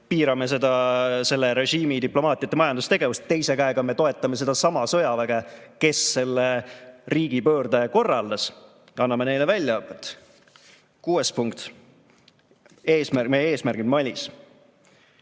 piirame selle režiimi diplomaatiat ja majandustegevust, teise käega me toetame sedasama sõjaväge, kes selle riigipöörde korraldas, ja anname neile väljaõpet? Kuues punkt, meie eesmärgid Malis.